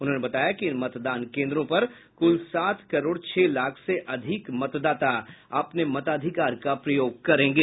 उन्होंने बताया कि इन मतदान केन्द्रों पर कुल सात करोड़ छह लाख से अधिक मतदाता अपने मताधिकार का प्रयोग करेंगे